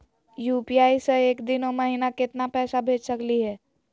UPI स एक दिनो महिना केतना पैसा भेज सकली हे?